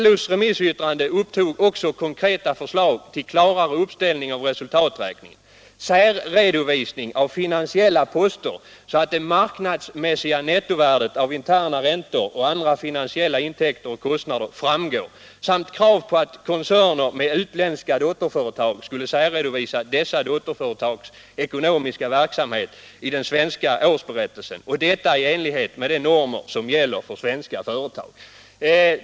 LO:s remissyttrande upptog också konkreta förslag till klarare uppställning av resultaträkningen, särredovisning av finansiella poster, så att det marknadsmässiga nettovärdet av interna räntor och andra finansiella intäkter och kostnader framgår, samt krav på att koncerner med utländska dotterföretag skulle särredovisa dessa dotterföretags ekonomiska verksamhet i den svenska årsberättelsen, och detta i enlighet med de normer som gäller för svenska företag.